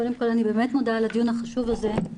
קודם כל אני באמת מודה על הדיון החשוב הזה,